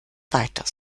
weiter